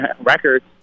records